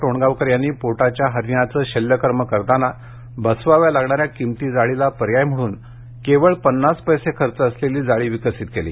टोणगावकर यांनी पोटाच्या हार्नीयाचं शल्यकर्म करतांना बसवाव्या लागणाऱ्या किंमती जाळीला पर्याय म्हणून फक्त पन्नास पैसे खर्च असलेली जाळी विकसित केली